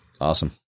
Awesome